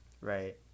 Right